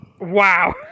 Wow